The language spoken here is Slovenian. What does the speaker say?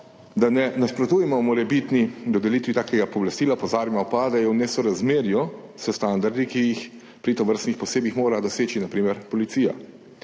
da ne nasprotujemo morebitni dodelitvi takega pooblastila, opozarjamo pa, da je v nesorazmerju s standardi, ki jih pri tovrstnih posegih mora doseči na primer Policija.